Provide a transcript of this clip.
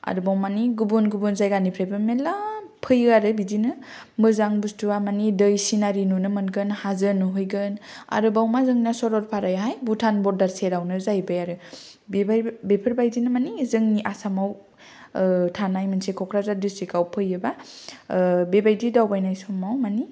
आरोबाव मानि गुबुन गुबुन जायगानिफ्रायबो मेल्ला फैयो आरो बिदिनो मोजां बुस्तुवा मानि दै सिनारि नुनो मोनगोन हाजो नुहैगोन आरोबाव मा जोंना सरलपारायावहाय भुटान बर्डार सेरावनो जाहैबाय आरो बिबाय बेफोरबायदिनो मानि जोंनि आसामाव ओ थानाय मोनसे कक्राझार दिस्ट्रिकाव फैयोबा ओ बेबायदि दावबायनाय समाव मानि